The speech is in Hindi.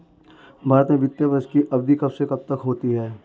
भारत में वित्तीय वर्ष की अवधि कब से कब तक होती है?